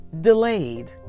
delayed